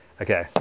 Okay